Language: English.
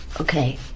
Okay